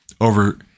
over